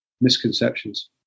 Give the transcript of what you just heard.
misconceptions